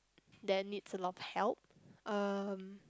that needs a lot of help um